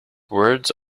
words